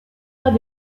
pas